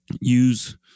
use